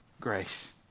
grace